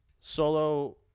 Solo